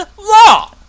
law